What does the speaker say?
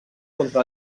contra